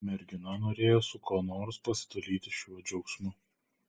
mergina norėjo su kuo nors pasidalyti šiuo džiaugsmu